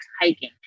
hiking